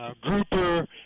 grouper